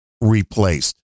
replaced